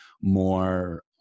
more